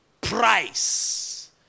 price